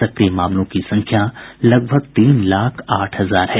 सक्रिय मामलों की संख्या लगभग तीन लाख आठ हजार है